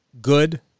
good